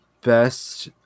best